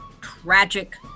tragic